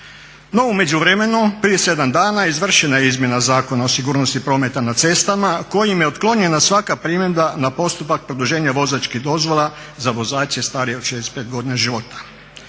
No u međuvremenu prije 7 dana izvršena je izmjena Zakona o sigurnosti prometa na cestama kojim je otklonjena svaka primjedba na postupak produljenja vozačkih dozvola za vozače starije od 65 godina života.